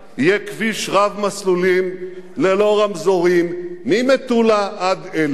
יהיה כביש רב-מסלולי ללא רמזורים ממטולה עד אילת.